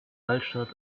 altstadt